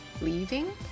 leaving